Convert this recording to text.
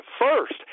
first